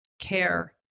care